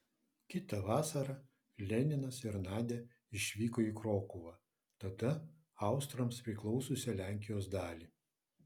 kitą vasarą leninas ir nadia išvyko į krokuvą tada austrams priklausiusią lenkijos dalį